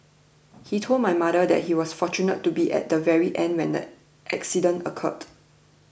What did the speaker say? he told my mother that he was fortunate to be at the very end when the accident occurred